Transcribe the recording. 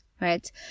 Right